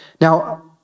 Now